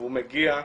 והוא מגיע,